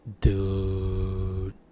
Dude